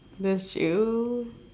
that's true